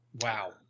Wow